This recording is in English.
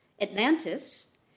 Atlantis